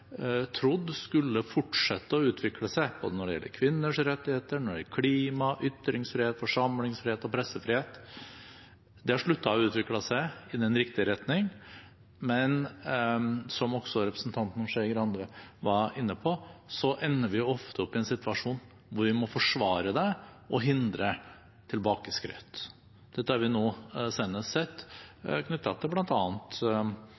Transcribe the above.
trodd skulle fortsette å utvikle seg, både når det gjelder kvinners rettigheter, klima, ytringsfrihet, forsamlingsfrihet og pressefrihet, har sluttet å utvikle seg i riktig retning. Som også representanten Skei Grande var inne på, ender vi ofte opp i en situasjon hvor vi må forsvare det og hindre tilbakeskritt. Dette har vi nå senest sett